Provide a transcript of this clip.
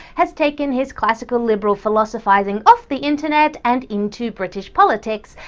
has taken his classical liberal philosophising off the internet and into british politics,